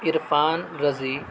Irfan Raza